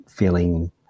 feeling